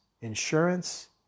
insurance